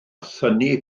thynnu